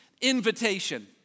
invitation